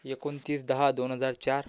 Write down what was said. एकोणतीस दहा दोन हजार चार